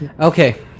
Okay